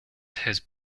his